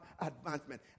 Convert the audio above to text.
advancement